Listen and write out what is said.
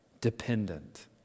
dependent